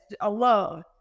alone